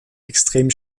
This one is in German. extrem